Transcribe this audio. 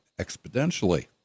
exponentially